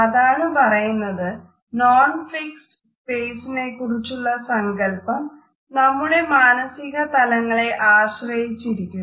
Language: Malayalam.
അതാണ് പറയുന്നത് നോൺ ഫിക്സഡ് സ്പേസിനെക്കുറിച്ചുള്ള സങ്കല്പം നമ്മുടെ മാനസിക തലങ്ങളെ ആശ്രയിച്ചിരിക്കുന്നു